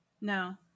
No